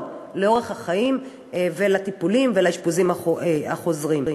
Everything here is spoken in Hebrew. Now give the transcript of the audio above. לאורך החיים בטיפולים ובאשפוזים החוזרים.